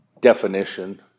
definition